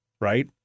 Right